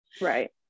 Right